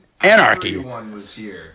Anarchy